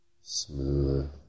Smooth